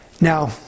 Now